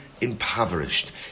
impoverished